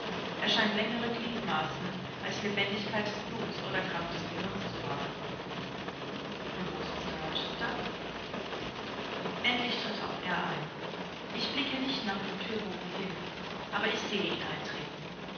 scheint längere gliedmaßen als lebendigkeit des bluts oder kraft des gehirns zu haben und wo ist mr rochester endlich tritt auch er ein ich blicke nicht nach dem thürbogen hin aber ich sehe ihn